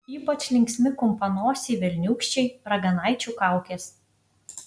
ypač linksmi kumpanosiai velniūkščiai raganaičių kaukės